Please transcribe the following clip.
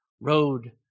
road